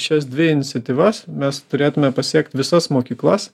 šias dvi iniciatyvas mes turėtume pasiekt visas mokyklas